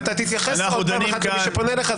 אם אתה תתייחס עוד פעם אחת למי שפונה אליך,